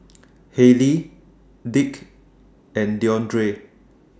Haley Dick and Deondre